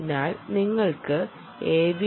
അതിനാൽ നിങ്ങൾക്ക് ഏവി